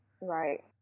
right